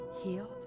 healed